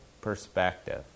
perspective